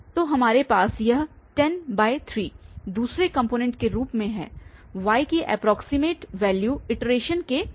तो हमारे पास यह 103 दूसरे कॉम्पोनेंट के रूप में है y की एप्रौक्सिमेट वैल्यू इटरेशन के बाद